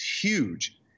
Huge